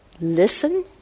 listen